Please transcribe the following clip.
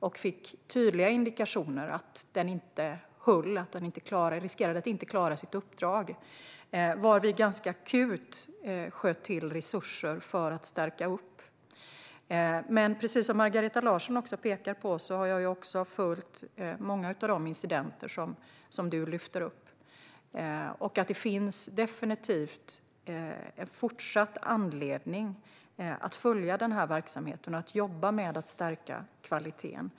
Vi fick tydliga indikationer på att den inte höll och riskerade att inte klara sitt uppdrag, varvid vi ganska akut sköt till resurser för att stärka den. Precis som Margareta Larsson pekar på har jag följt många av de incidenter som hon lyfter upp. Det finns definitivt en fortsatt anledning att följa verksamheten och att jobba med att stärka kvaliteten.